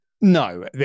no